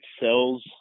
cells